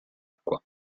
acqua